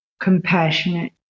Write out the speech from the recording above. compassionate